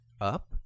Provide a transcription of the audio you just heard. up